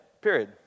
Period